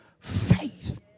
Faith